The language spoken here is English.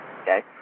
okay